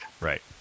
Right